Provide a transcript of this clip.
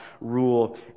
rule